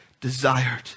desired